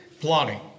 plotting